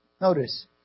Notice